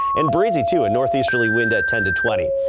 and breezy to a northeasterly wind at ten to twenty.